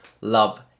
love